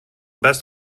best